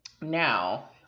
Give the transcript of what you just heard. Now